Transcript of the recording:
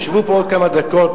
שבו פה עוד כמה דקות,